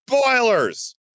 spoilers